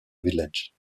village